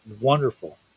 wonderful